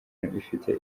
ifite